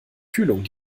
kühlung